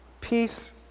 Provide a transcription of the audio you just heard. Peace